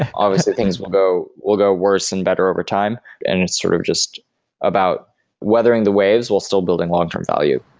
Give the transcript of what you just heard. obviously, things will go will go worse and better over time and sort of just about weathering the wave while still building long-term value.